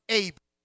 able